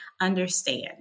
understand